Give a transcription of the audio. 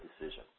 decision